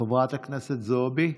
חברת הכנסת זועבי,